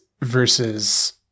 versus